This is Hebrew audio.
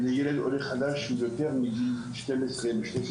לילד עולה חדש בן 12, 16